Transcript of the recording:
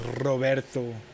Roberto